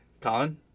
Colin